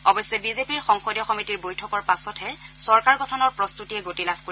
অৱশ্যে বিজেপিৰ সংসদীয় সমিতিৰ বৈঠকৰ পাছতহে চৰকাৰ গঠনৰ প্ৰস্তুতিয়ে গতি লাভ কৰিব